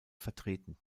vertreten